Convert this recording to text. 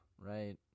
right